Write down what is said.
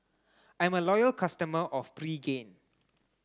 I'm a loyal customer of Pregain